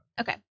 okay